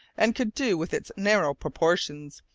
and could do with its narrow proportions,